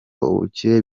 ubukire